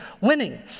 winning